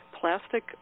plastic